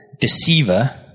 Deceiver